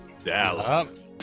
Dallas